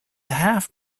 half